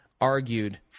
argued